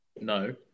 No